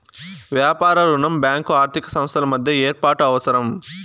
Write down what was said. వ్యాపార రుణం బ్యాంకు ఆర్థిక సంస్థల మధ్య ఏర్పాటు అవసరం